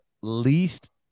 least